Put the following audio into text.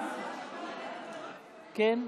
כן?